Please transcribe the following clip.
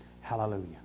Hallelujah